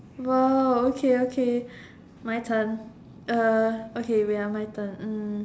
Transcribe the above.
!wow! okay okay my turn uh okay wait ah my turn um